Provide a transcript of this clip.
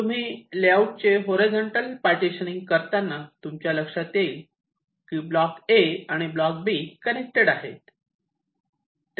तुम्ही लेआउट चे horizontal partitioning करताना तुमच्या लक्षात येईल की ब्लॉक A आणि ब्लॉक B कनेक्टेड आहेत